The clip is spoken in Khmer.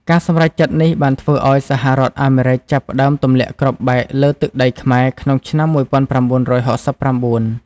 ការសម្រេចចិត្តនេះបានធ្វើឱ្យសហរដ្ឋអាមេរិកចាប់ផ្តើមទម្លាក់គ្រាប់បែកលើទឹកដីខ្មែរក្នុងឆ្នាំ ១៩៦៩។